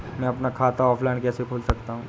मैं अपना खाता ऑफलाइन कैसे खोल सकता हूँ?